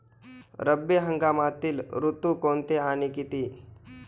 रब्बी हंगामातील ऋतू कोणते आणि किती?